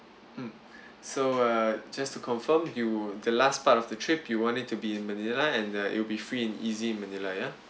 mm so uh just to confirm you the last part of the trip you want it to be in manila and uh it'll be free and easy in manila ya